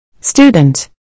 Student